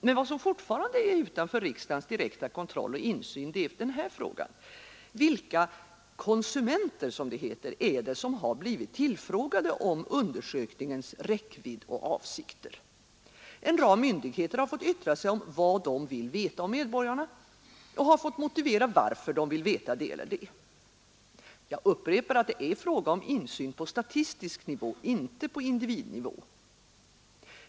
Men vad som fortfarande är utanför riksdagens direkta kontroll och insyn är frågan: Vilka ”konsumenter” har blivit tillfrågade om undersökningens räckvidd och avsikter? En rad myndigheter har fått yttra sig om vad de vill veta om medborgarna och har fått motivera varför de vill veta det eller det. Jag upprepar att det är fråga om insyn på statistisk nivå, inte på individnivå.